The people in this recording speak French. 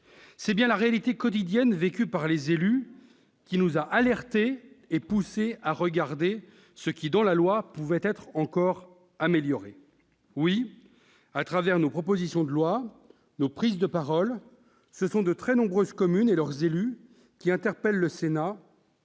C'est bien la réalité quotidienne vécue par les élus qui nous a alertés et poussés à regarder ce qui, dans la loi, pouvait être encore amélioré. Oui, au travers de nos propositions de loi, de nos prises de parole, ce sont de très nombreuses communes et leurs élus qui interpellent le Sénat